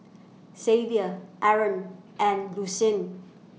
Xavier Aron and Lucien